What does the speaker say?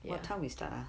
ya